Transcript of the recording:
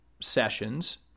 sessions